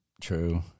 True